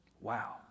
Wow